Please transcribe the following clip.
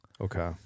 Okay